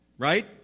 Right